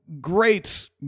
great